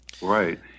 Right